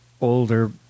older